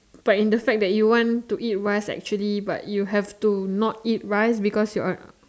but in the fact that you want to eat rice actually but you have to not eat rice because you are